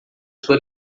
sua